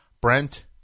Brent